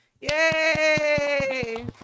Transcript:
Yay